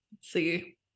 see